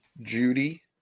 Judy